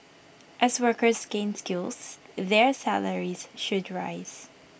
as workers gain skills their salaries should rise